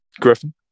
Griffin